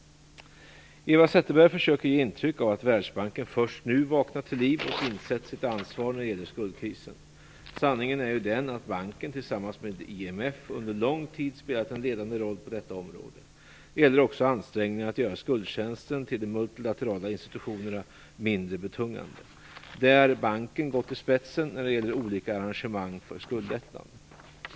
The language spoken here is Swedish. Eva Zetterberg försöker ge intryck av att Världsbanken först nu vaknat till liv och insett sitt ansvar när det gäller skuldkrisen. Sanningen är ju den att banken, tillsammans med IMF, under lång tid spelat en ledande roll på detta område. Det gäller också ansträngningarna att göra skuldtjänsten till de multilaterala institutionerna mindre betungande, där banken gått i spetsen när det gäller olika arrangemang för skuldlättnad.